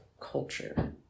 culture